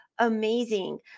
Amazing